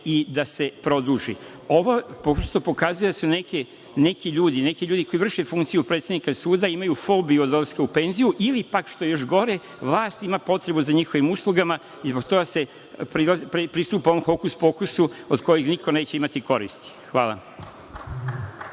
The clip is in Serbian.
i da se produži. Ovo prosto pokazuje da su neki ljudi koji vrše funkciju predsednika suda imaju fobiju od odlaska u penziju, ili pak, što je još gore, vlast ima potrebu za njihovim uslugama i zbog toga se pristupa ovom hokus-pokusu od kojeg niko neće imati koristi. Hvala.